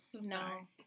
No